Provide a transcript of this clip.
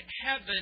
heaven